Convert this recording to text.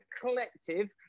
collective